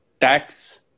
tax